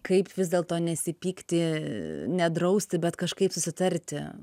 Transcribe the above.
kaip vis dėlto nesipykti nedrausti bet kažkaip susitarti